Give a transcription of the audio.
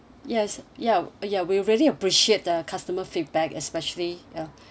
yes ya ya we really appreciate the customer feedback especially uh